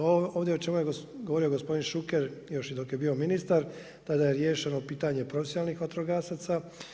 Ovdje o čemu je govorio gospodin Šuker još dok je bio ministar, tada je riješeno pitanje profesionalnih vatrogasaca.